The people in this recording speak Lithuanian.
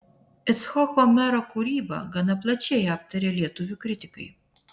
icchoko mero kūrybą gana plačiai aptarė lietuvių kritikai